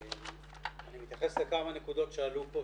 אני אתייחס לכמה נקודות שעלו פה,